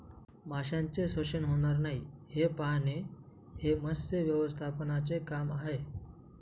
माशांचे शोषण होणार नाही हे पाहणे हे मत्स्य व्यवस्थापनाचे काम आहे